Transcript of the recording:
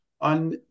on